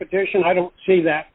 position i don't see that